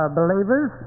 believers